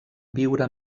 viure